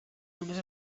només